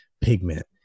pigment